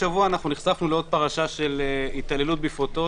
השבוע נחשפנו לעוד פרשה של התעללות בפעוטות,